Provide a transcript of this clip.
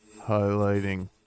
highlighting